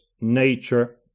nature